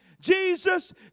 Jesus